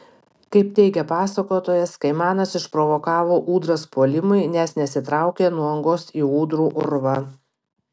kaip teigia pasakotojas kaimanas išprovokavo ūdras puolimui nes nesitraukė nuo angos į ūdrų urvą